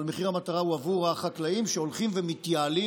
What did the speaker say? אבל מחיר המטרה הוא עבור החקלאים שהולכים ומתייעלים.